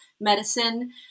medicine